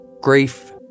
Grief